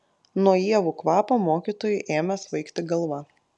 nuo ievų kvapo mokytojui ėmė svaigti galva